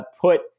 put